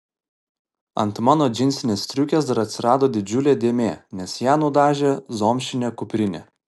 ant mano džinsinės striukės dar atsirado didžiulė dėmė nes ją nudažė zomšinė kuprinė